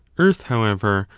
earth, however,